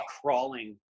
crawling